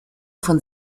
von